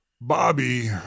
Bobby